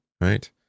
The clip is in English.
right